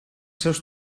seus